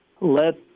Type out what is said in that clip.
let